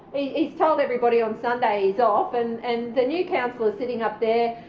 he's told everybody on sunday he's off and and the new councillor is sitting up there.